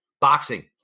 boxing